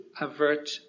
avert